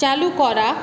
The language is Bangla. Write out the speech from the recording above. চালু করা